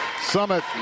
Summit